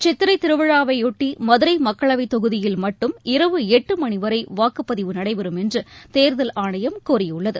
சித்திரைத் திருவிழாவையொட்டிமதுரைமக்களவைத் தொகுதியில் மட்டு இரவு எட்டுமணிவரைவாக்குப்பதிவு நடைபெறும் என்றுதேர்தல் ஆணையம் கூறியுள்ளது